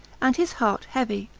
and his heart heavy,